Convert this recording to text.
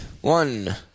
One